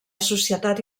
societat